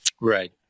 Right